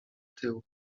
tył